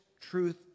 truth